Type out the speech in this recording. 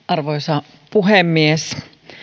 arvoisa puhemies